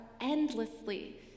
endlessly